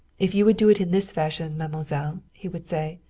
if you would do it in this fashion, mademoiselle, he would say,